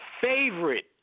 favorite